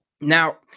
Now